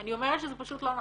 אני אומרת שזה פשוט לא נכון.